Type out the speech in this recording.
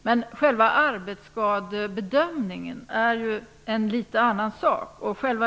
Men själva arbetsskadebedömningen är en litet annan sak.